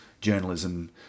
journalism